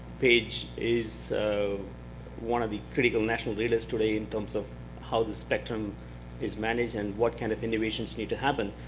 paige is so one of the critical national leaders today in terms of how the spectrum is managed and what kind of innovations need to happen.